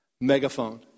Megaphone